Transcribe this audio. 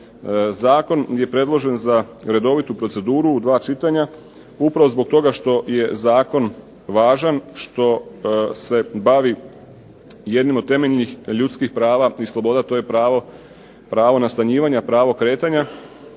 Zakon je predložen za redovitu proceduru u 2 čitanja. Upravo zbog toga što je zakon važan, što se bavi jednim od temeljnih ljudskih prava i sloboda, to je pravo nastanjivanja, pravo kretanja